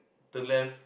turn left